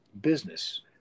business